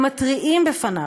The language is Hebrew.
הם מתריעים בפניו,